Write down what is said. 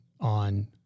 on